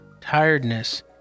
tiredness